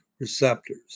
receptors